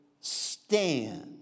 stand